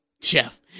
Jeff